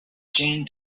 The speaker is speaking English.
jane